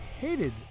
hated